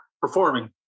performing